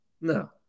No